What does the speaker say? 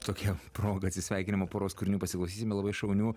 tokia proga atsisveikinimo poros kūrinių pasiklausysime labai šaunių